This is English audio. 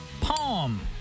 Palm